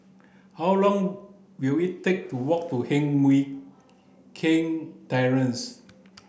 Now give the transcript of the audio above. how long will it take to walk to Heng Mui Keng Terrace